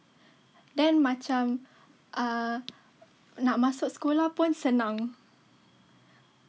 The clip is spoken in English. then macam ah nak masuk sekolah pun senang /malay>